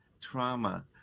trauma